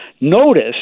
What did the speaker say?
notice